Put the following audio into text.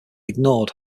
ignored